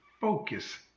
Focus